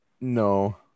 No